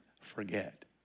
forget